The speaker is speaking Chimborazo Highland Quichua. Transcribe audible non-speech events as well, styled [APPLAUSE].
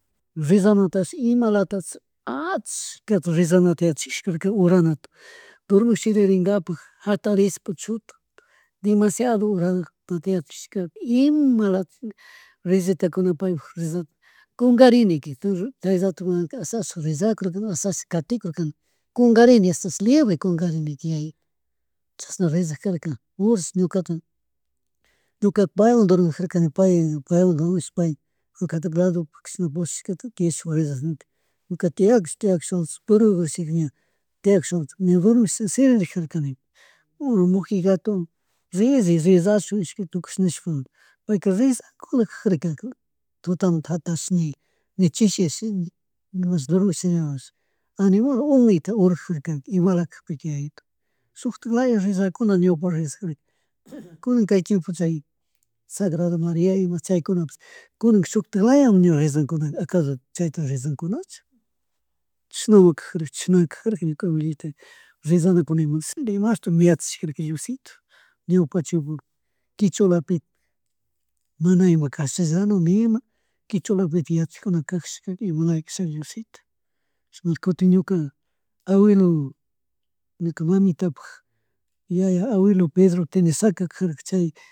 Reshanatashi imalatashi ashkata reshanata yachakishkana kuna oranata [NOISE] dormish shiriringapak jatarishkpa chuta dimashiado ornatata yachachashkata imalatik reshatakuyta paypuk reshana kungarini kay ratomanka asha asha reshakurkani asha asha carikutka kungarini ashtashi libre kungarini yayitu chashna resharkaraka horasta ñukata [NOISE] ñukapak paywan dormir kajarkani pay paywan paywan dormish ñukata lado pi pushshkata [UNINTELLIGIBLE] ñuka tiyakshpa tiyakushpala [UNINTELLIGIBLE] ña tiyakushala mejor ña shirilijanika [NOISE] wambra mujigato rillay, rillashun ishki tukushpa nishpa [NOISE] payka rillakukla kajarka tutamunta jatarish ni ni chishiyashi [UNINTELLIGIBLE] aninmal unita orajarka imala kakpika yayitu chukti laya rillakuna ñawpa rellak kunan kay chiempo chaya sagrado Marìa ima chaykunapish kunan shutik laya mi ña rellankuna akallo chayta rellankuna chu, chishnami kajarka chishnami kajarka ñuka abuelitaka rellana kunamitata demashtik yachajarka diosito [NOISE] ñawpa chimpopika kichwalapi mana ima castellano nima kichwalapi yachajuna kajashka imalakasha diosito [NOISE] chashna kutin ñuka abuelo, ñuka mamitapuk yaya abuelo Pedro Tenesaca kajarka chay